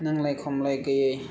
नांलाय खमलाय गैयै